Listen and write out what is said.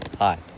Hi